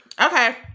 Okay